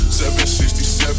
767